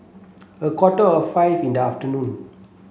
a quarter of five in the afternoon